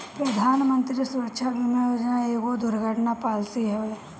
प्रधानमंत्री सुरक्षा बीमा योजना एगो दुर्घटना पॉलिसी हवे